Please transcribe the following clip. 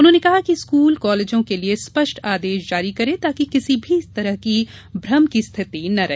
उन्होंने कहा कि स्कूल कॉलेजों के लिए स्पष्ट आदेश जारी करें ताकि किसी भी स्तर पर भ्रम की स्थिति नहीं रहे